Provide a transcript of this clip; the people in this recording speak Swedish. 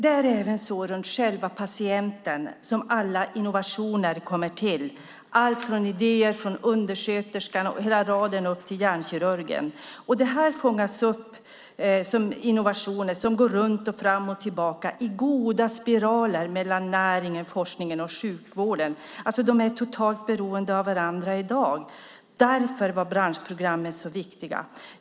Det är runt själva patienten som alla innovationer kommer till, från idéer från undersköterskan och hela raden upp till hjärnkirurgen. Innovationerna fångas upp och går runt och fram och tillbaka i goda spiraler mellan näringen, forskningen och sjukvården. De är totalt beroende av varandra i dag. Därför var branschprogrammen så viktiga.